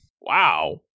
Wow